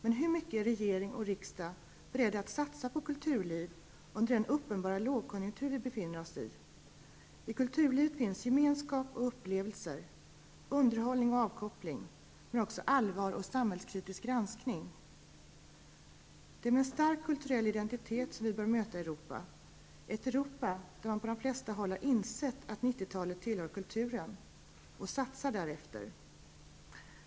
Men hur mycket är regering och riksdag beredda att satsa på kulturliv under den uppenbara lågkonjunktur som vi befinner oss i? I kulturlivet finns gemenskap och upplevelser, underhållning och avkoppling, men också allvar och samhällskritisk granskning. Det är med en stark kulturell identitet som vi bör möta Europa, ett Europa där man på de flesta håll har insett att 90 talet tillhör kulturen och satsar därefter.